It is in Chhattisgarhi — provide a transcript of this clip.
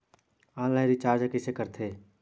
ऑनलाइन रिचार्ज कइसे करथे?